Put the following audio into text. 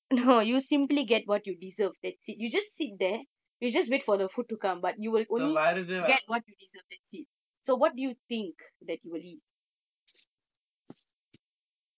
so வரது வரும்:varathu varum